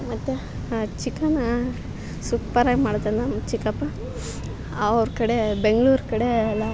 ಮತ್ತು ಆ chicken super ಆಗಿ ಮಾಡ್ತಾನೆ ನಮ್ಮ ಚಿಕ್ಕಪ್ಪ ಅವರ ಕಡೆ ಬೆಂಗಳೂರು ಕಡೆ ಎಲ್ಲಾ